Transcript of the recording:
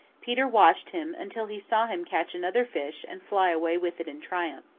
peter watched him until he saw him catch another fish and fly away with it in triumph.